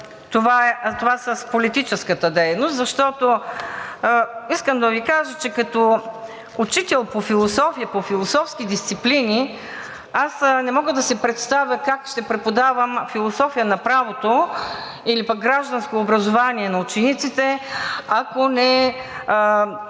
това с политическата дейност, защото искам да Ви кажа, че като учител по философия, по философски дисциплини аз не мога да си представя как ще преподавам философия на правото или гражданско образование на учениците, ако не